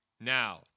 Now